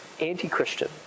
anti-Christian